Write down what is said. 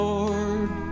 Lord